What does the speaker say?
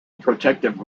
protective